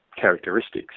characteristics